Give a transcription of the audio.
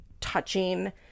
touching